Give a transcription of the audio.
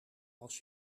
als